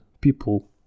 people